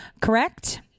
Correct